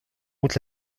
route